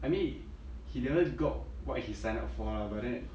I mean he never got what he signed up for lah but that